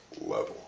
level